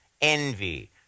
envy